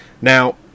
Now